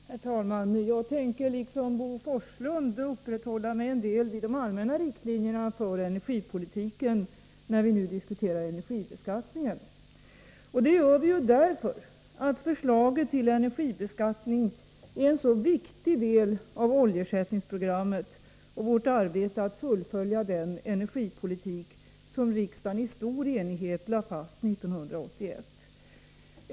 Herr talman! Jag tänker liksom Bo Forslund uppehålla mig vid de allmänna riktlinjerna för energipolitiken, när vi nu diskuterar energibeskattningen. Det gör vi ju därför att förslaget till energibeskattning är en så viktig del av oljeersättningsprogrammet och vårt arbete att fullfölja den energipolitik som riksdagen i stor enighet lade fast 1981.